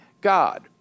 God